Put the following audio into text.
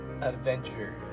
adventure